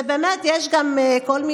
קודם כול,